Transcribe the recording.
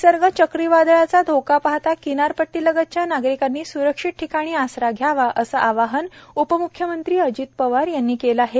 निसर्ग चक्रीवादळाचा धोका पाहता किनारपट्टीलगतच्या नागरिकांनी सुरक्षित ठिकाणी आसरा घ्यावा असं आवाहन उपम्ख्यमंत्री अजित पवार यांनी केलं आहे